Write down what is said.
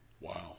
Wow